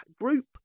group